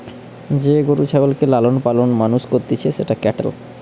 যে গরু ছাগলকে লালন পালন মানুষ করতিছে সেটা ক্যাটেল